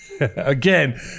Again